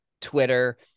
Twitter